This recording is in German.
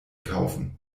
kaufen